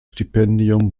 stipendium